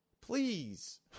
Please